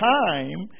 time